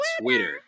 Twitter